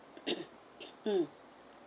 mm